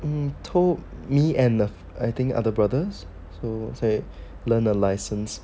told me and I think other brothers to learn a license